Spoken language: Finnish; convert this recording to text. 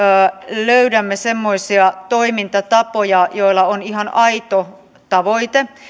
löydämme semmoisia toimintatapoja joilla on ihan aito tavoite